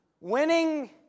Winning